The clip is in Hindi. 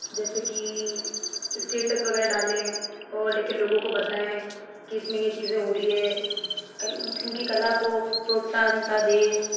जैसे कि स्टेटस वगैरह डालें और लेके लोगों को बताएँ के इसमें ये चीज़े हो रही हैं कल उनकी कला को प्रोत्साहनता दें